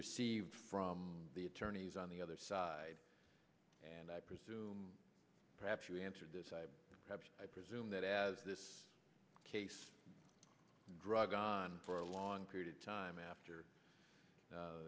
received from the attorneys on the other side and i presume perhaps you answered this i presume that as this case drug on for a long period of time after